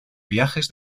viajes